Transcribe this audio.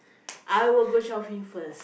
I will go shopping first